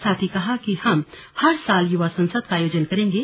साथ ही कहा कि हम हर साल युवा संसद का आयोजन करेंगे